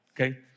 okay